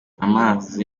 amaze